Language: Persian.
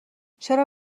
چرا